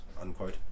unquote